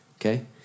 okay